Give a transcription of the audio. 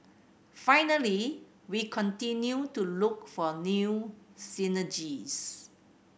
finally we continue to look for new synergies